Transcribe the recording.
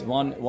one